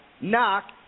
knock